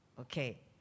Okay